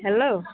hello